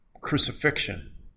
crucifixion